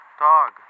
Dog